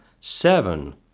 seven